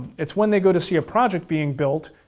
it's when they go to see a project being built,